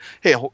hey